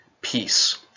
peace